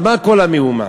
עקרונותיו ודורש מאבו מאזן,